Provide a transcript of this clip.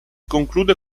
conclude